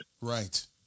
Right